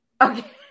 Okay